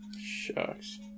Shucks